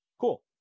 cool